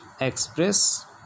express